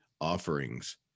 offerings